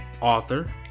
author